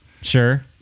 Sure